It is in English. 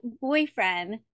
boyfriend